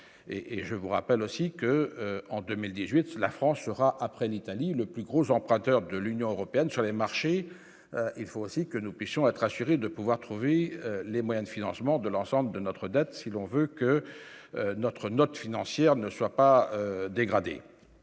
et je vous rappelle aussi que, en 2018, la France sera après l'Italie, le plus gros emprunteur de l'Union européenne sur les marchés, il faut aussi que nous puissions être assurés de pouvoir trouver les moyens de financement de l'ensemble de notre dette, si l'on veut que notre note financière ne soit pas dégradée,